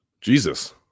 Jesus